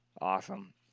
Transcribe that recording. Awesome